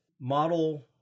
model